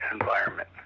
environment